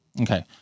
Okay